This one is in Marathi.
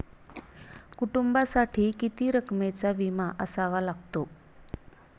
कुटुंबासाठी किती रकमेचा विमा असावा लागतो?